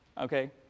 Okay